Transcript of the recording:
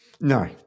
No